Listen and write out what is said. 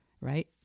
Right